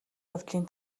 явдлын